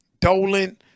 Dolan